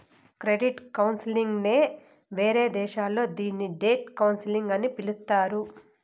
credit counselling నే వేరే దేశాల్లో దీన్ని డెట్ కౌన్సిలింగ్ అని పిలుత్తారు